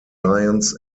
giants